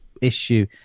issue